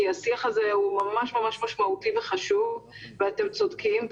כי השיח הזה הוא ממש ממש משמעותי וחשוב ואתם צודקים.